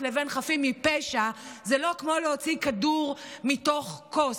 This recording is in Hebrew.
לבין חפים מפשע זה לא כמו להוציא כדור מתוך כוס,